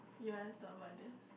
you once thought about this